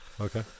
Okay